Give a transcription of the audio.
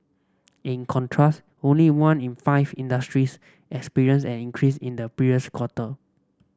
in contrast only one in five industries experienced an increase in the previous quarter